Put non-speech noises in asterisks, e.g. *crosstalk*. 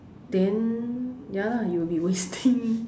then ya lah you'll be wasting *noise*